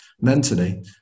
mentally